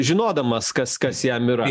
žinodamas kas kas jam yra